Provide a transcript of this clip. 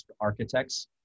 architects